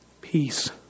peace